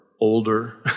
older